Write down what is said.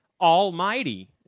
Almighty